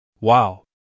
Wow